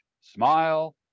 smile